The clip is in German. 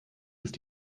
ist